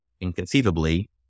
Inconceivably